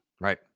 Right